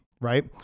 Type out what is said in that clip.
right